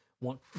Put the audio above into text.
want